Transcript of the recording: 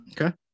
okay